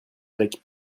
avec